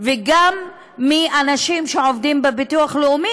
וגם מאנשים שעובדים בביטוח לאומי,